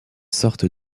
sorte